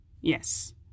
Yes